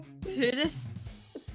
tourists